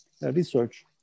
research